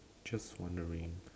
just wondering